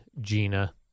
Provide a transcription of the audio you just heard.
Gina